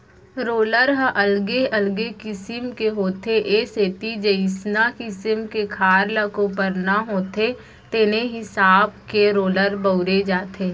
roller ह अलगे अलगे किसम के होथे ए सेती जइसना किसम के खार ल कोपरना होथे तेने हिसाब के रोलर ल बउरे जाथे